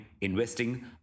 investing